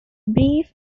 brief